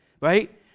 right